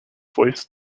voice